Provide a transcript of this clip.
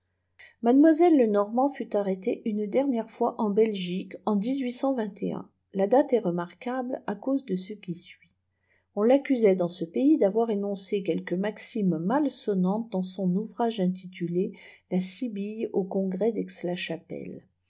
mademoiselle lenormant fut arrêtée une dernière fois en belgique en la date est remarquable à cause de ce qui suit on l'accusait dans ce pays d avoir énoncé quelques maximes mal sonnantes dans on ouvrage intitulé la sibylle au congrès daix ia chapelle